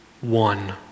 one